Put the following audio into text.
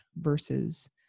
versus